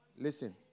Listen